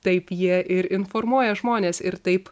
taip jie ir informuoja žmones ir taip